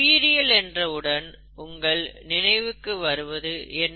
உயிரியல் என்றவுடன் உங்கள் நினைவுக்கு வருவது என்ன